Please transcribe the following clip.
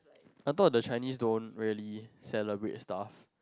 I thought the Chinese don't really celebrate stuff